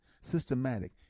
systematic